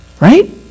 Right